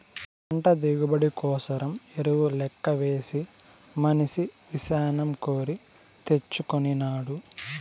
పంట దిగుబడి కోసరం ఎరువు లెక్కవేసి మనిసి వినాశం కోరి తెచ్చుకొనినాడు